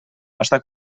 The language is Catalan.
està